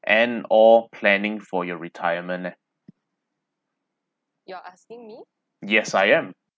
and or planning for your retirement leh yes I am